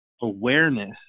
awareness